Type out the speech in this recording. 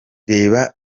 reba